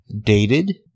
dated